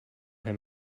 him